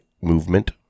movement